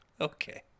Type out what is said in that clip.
Okay